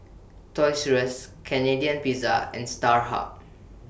Toys Rus Canadian Pizza and Starhub